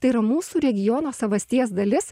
tai yra mūsų regiono savasties dalis